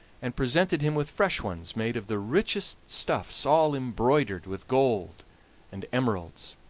and presented him with fresh ones made of the richest stuffs, all embroidered with gold and emeralds.